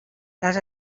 les